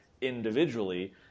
individually